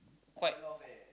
quite